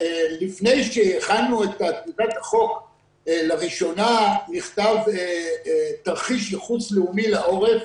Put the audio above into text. לפני שהכנו את טיוטת החוק לראשונה נכתב תרחיש ייחוס לאומי לעורף.